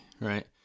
Right